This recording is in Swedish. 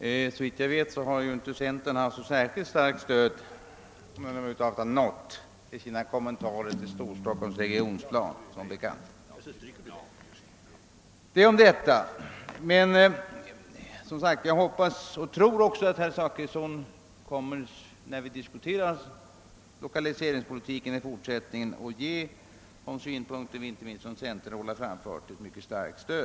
Såvitt jag vet har inte centern fått stöd, från annat håll, när vi har gjort våra kritiska kommentarer till Storstockholms regionplan. Jag hoppas emellertid att herr Zachrisson när vi i fortsättningen diskuterar lokaliseringspolitiken kommer att ge de synpunkter som har framförts från centerhåll ett mycket starkt stöd.